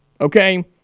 Okay